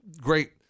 great